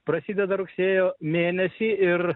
prasideda rugsėjo mėnesį ir